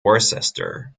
worcester